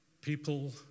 people